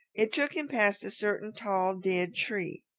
it took him past a certain tall, dead tree.